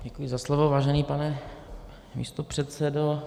Děkuji za slovo, vážený pane místopředsedo.